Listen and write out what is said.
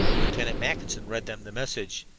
lieutenant mackinson read them the message.